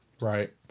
Right